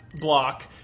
block